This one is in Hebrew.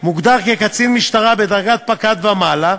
מוגדר כקצין משטרה בדרגת פקד ומעלה,